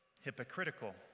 hypocritical